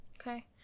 Okay